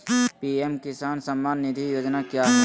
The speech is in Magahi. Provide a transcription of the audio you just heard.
पी.एम किसान सम्मान निधि योजना क्या है?